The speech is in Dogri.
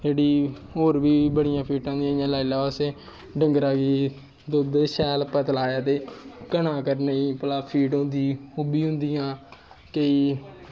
जेह्ड़ी होर बी बड़ियां फीडां होंदियां जि'यां लाई लाओ तुस डंगरा गी दुद्ध शैल पतला ऐ ते घना करने गी फीड होंदी ओह् बी होंदियां केईं